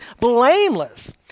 blameless